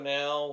now